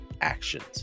actions